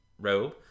robe